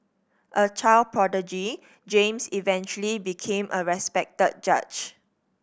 a child prodigy James eventually became a respected judge